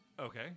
Okay